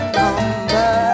number